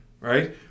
Right